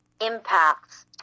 impacts